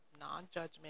non-judgment